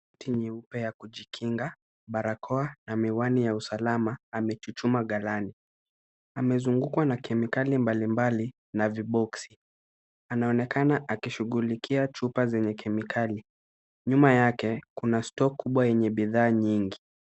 Koti nyeupe ya kujikinga, barakoa na miwani ya usalama amechuchumaa ghalani. Amezungukwa na kemikali mbali mbali na viboksi. Anaonekana akishughulikia chupa zenye kemikali. Nyuma yake, kuna store kubwa yenye bidhaa nyingi.